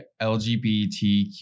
LGBTQ